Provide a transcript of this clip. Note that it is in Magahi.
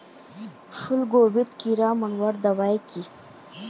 फूलगोभीत कीड़ा मारवार दबाई की?